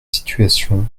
situations